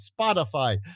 Spotify